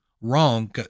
wrong